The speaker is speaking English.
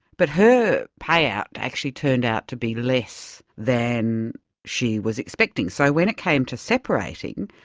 but her payout actually turned out to be less than she was expecting, so when it came to separating,